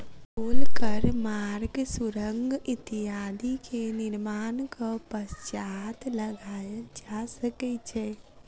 टोल कर मार्ग, सुरंग इत्यादि के निर्माणक पश्चात लगायल जा सकै छै